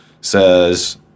says